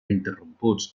interromputs